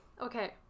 Okay